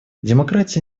демократия